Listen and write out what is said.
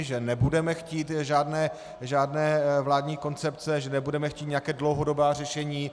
Že nebudeme chtít žádné vládní koncepce, že nebudeme chtít nějaká dlouhodobá řešení.